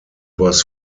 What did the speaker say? was